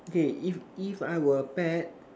okay if if I were a pet